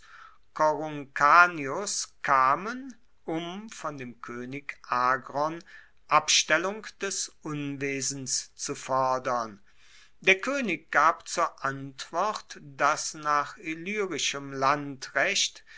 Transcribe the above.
coruncanius kamen um von dem koenig agron abstellung des unwesens zu fordern der koenig gab zur antwort dass nach